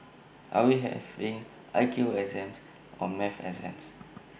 are we having I Q exams or maths exams